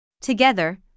Together